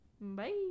bye